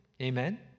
Amen